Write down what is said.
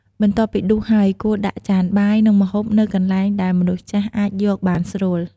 បន្ទាប់ពីដួសហើយ គួរដាក់ចានបាយ និងម្ហូបនៅកន្លែងដែលមនុស្សចាស់អាចយកបានស្រួល។